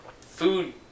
food